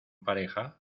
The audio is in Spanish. pareja